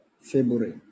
February